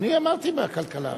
אני אמרתי, בוועדת הכלכלה.